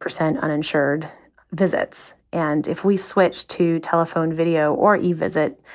percent uninsured visits. and if we switch to telephone, video or evisit,